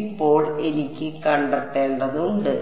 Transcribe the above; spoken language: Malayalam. ഇപ്പോൾ എനിക്ക് കണ്ടെത്തേണ്ടതുണ്ട്